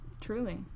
Truly